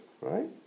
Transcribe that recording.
right